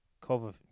cover